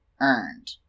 earned